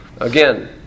Again